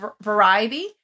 variety